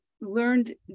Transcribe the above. learned